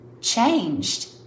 changed